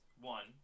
One